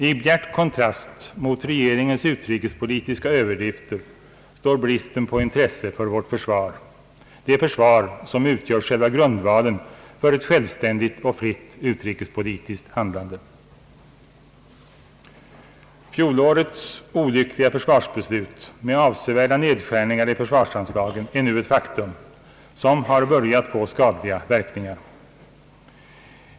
I bjärt kontrast mot regeringens utrikespolitiska överdrifter står bristen på intresse för vårt försvar, det försvar som utgör själva grundvalen för ett självständigt och fritt utrikespolitiskt handlande. Fjolårets olyckliga försvarsbeslut med avsevärda nedskärningar i försvarsanslagen är nu ett faktum som har börjat få skadliga verkningar.